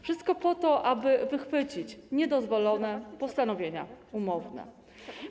Wszystko po to, aby wychwycić niedozwolone postanowienia umowne.